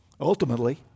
ultimately